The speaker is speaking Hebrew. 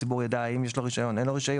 כי הציבור יידע האם יש לחברה רישיון או לא,